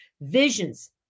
Visions